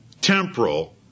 temporal